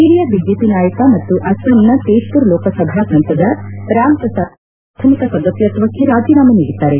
ಹಿರಿಯ ಬಿಜೆಪಿ ನಾಯಕ ಮತ್ತು ಅಸ್ಸಾಂನ ತೇಜ್ಪುರ್ ಲೋಕಸಭಾ ಸಂಸದ ರಾಮ್ ಪ್ರಸಾದ್ ಸರ್ಮಾ ಪಕ್ಷದ ಪ್ರಾಥಮಿಕ ಸದಸ್ನತ್ತಕ್ಷೆ ರಾಜೀನಾಮೆ ನೀಡಿದ್ದಾರೆ